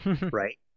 right